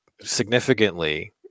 significantly